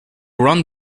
run